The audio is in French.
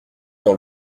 dans